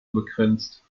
begrenzt